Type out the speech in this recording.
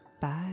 Bye